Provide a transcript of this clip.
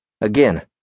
Again